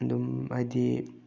ꯑꯗꯨꯝ ꯍꯥꯏꯗꯤ